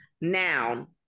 Noun